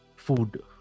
Food